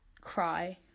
cry